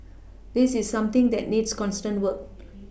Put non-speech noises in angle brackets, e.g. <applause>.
this is something that needs constant work <noise>